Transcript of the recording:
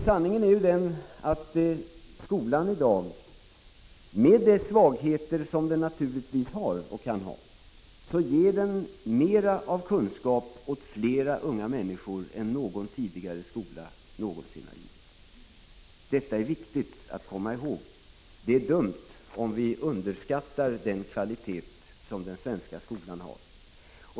Sanningen är ju att skolan i dag, med de svagheter som den naturligtvis har och kan ha, ger mera av kunskap åt flera unga människor än någon tidigare skola någonsin har gjort. Detta är viktigt att komma ihåg. Det är dumt om vi underskattar den kvalitet som den svenska skolan har.